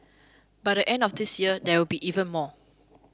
by the end of this year there will be even more